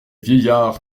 vieillards